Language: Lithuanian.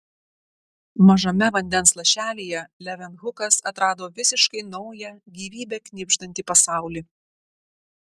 mažame vandens lašelyje levenhukas atrado visiškai naują gyvybe knibždantį pasaulį